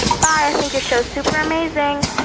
bye. i think your show's super amazing